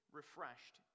refreshed